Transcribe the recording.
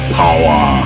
power